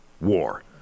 war